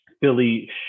Philly